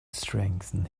strengthen